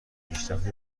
پیشرفت